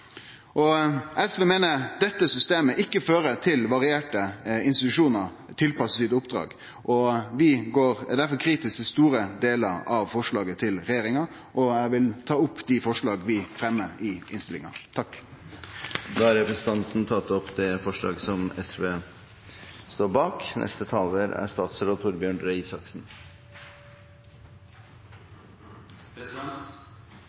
dårleg. SV meiner dette systemet ikkje fører til varierte institusjonar tilpassa sitt oppdrag, og vi er difor kritiske til store delar av forslaget til regjeringa. Eg vil ta opp det forslaget vi fremjar i innstillinga. Representanten Torgeir Knag Fylkesnes har tatt opp det forslaget